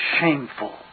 shameful